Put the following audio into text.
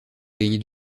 gagner